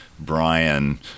Brian